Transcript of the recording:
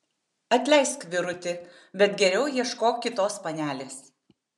atleisk vyruti bet geriau ieškok kitos panelės